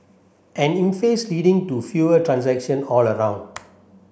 an impasse leading to fewer transaction all round